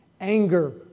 Anger